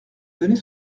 donner